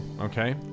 Okay